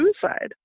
suicide